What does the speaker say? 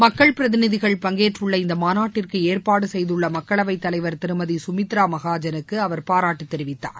மக்கள் பிரதிநிதிகள் பங்கேற்றுள்ள இந்த மாநாட்டிற்கு ஏற்பாடு செய்துள்ள மக்களவைத் தலைவர் திருமதி சுமித்ரா மகாஜனுக்கு அவர் பாராட்டு தெரிவித்தார்